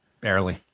Barely